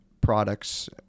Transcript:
products